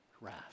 wrath